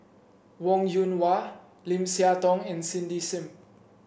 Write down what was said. Wong Yoon Wah Lim Siah Tong and Cindy Sim